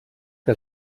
que